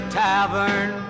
tavern